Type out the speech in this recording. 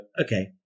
okay